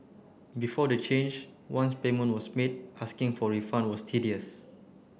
before the change once payment was made asking for a refund was tedious